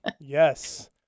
yes